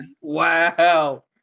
Wow